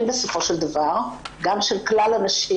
גם של כלל הנשים,